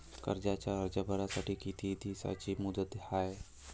कर्जाचा अर्ज भरासाठी किती दिसाची मुदत हाय?